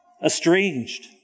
estranged